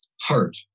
heart